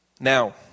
Now